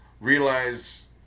realize